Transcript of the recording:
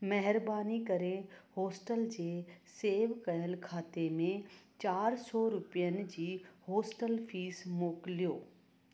महिरबानी करे होस्टल जे सेव कयल खाते में चारि सौ रुपियनि जी होस्टल फीस मोकिलियो